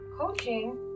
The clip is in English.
coaching